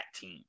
team